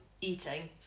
eating